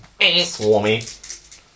swarmy